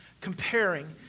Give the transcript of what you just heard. comparing